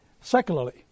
secularly